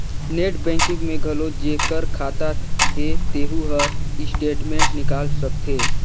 net banking में घलो जेखर खाता हे तेहू हर स्टेटमेंट निकाल सकथे